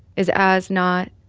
is as not,